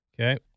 Okay